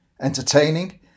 entertaining